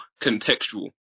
contextual